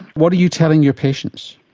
what are you telling your patients?